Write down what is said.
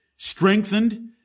Strengthened